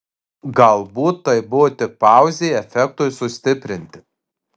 galbūt tai buvo tik pauzė efektui sustiprinti